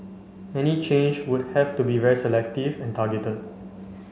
any change would have to be very selective and targeted